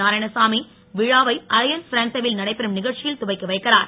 நாராயணசாமி விழாவை Alliance Française வில் நடைபெறும் நிகழ்ச்சியில் துவக்கி வைக்கிறார்